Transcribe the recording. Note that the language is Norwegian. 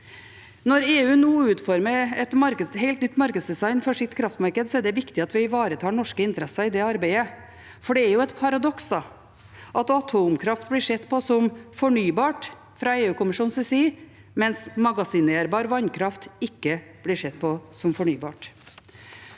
Når EU nå utformer et helt nytt markedsdesign for sitt kraftmarked, er det viktig at vi ivaretar norske interesser i det arbeidet, for det er et paradoks at atomkraft blir sett på som fornybar fra EU-kommisjonens side, mens magasinerbar vannkraft ikke blir sett på som fornybar.